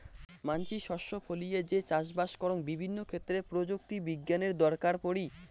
মানসি শস্য ফলিয়ে যে চাষবাস করং বিভিন্ন ক্ষেত্রে প্রযুক্তি বিজ্ঞানের দরকার পড়ি